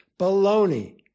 Baloney